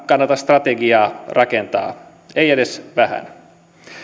kannata strategiaa rakentaa ei edes vähän